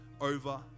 over